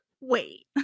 wait